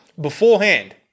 Beforehand